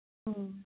ꯎꯝ